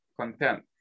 content